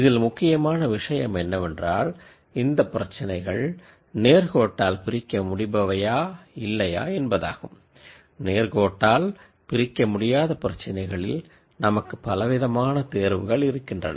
இதில் முக்கியமான விஷயம் என்னவென்றால் இந்தப் பிரச்சினைகள் லீனிய்ர்லி செப்பரபிலா அல்லது லீனியர்லி நான்செப்பரபிலா லீனியர்லி நான்செப்பரபில் பிரச்சினைகளில் நமக்கு பலவிதமான ஆப்ஷன்கள் இருக்கின்றன